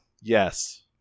yes